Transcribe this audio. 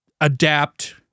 adapt—